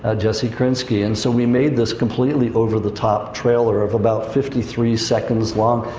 ah jessie krinsky. and so we made this completely over-the-top trailer of about fifty three seconds long.